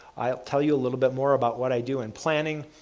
i'll tell you a little bit more about what i do in planning,